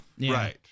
right